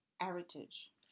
heritage